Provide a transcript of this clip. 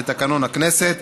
לתקנון הכנסת,